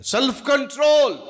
Self-control